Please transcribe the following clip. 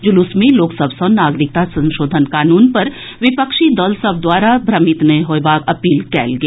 जुलूस मे लोक सभ सँ नागरिकता संशोधन कानून पर विपक्षी दल सभ द्वारा भ्रमित नहि होयबाक अपील कयल गेल